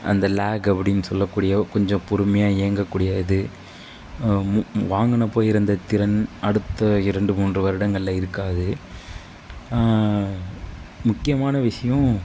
அந்த லாக் அப்படின்னு சொல்லக்கூடிய கொஞ்சம் பொறுமையாக இயங்கக்கூடியது வாங்கினப்போ இருந்த திறன் அடுத்த இரண்டு மூன்று வருடங்களில் இருக்காது முக்கியமான விஷயம்